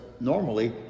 normally